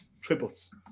triples